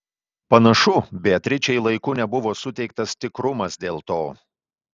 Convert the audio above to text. panašu beatričei laiku nebuvo suteiktas tikrumas dėl to